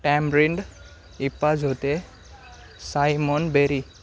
tamarind इप्पाझोते साईमोनबेरी